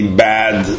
bad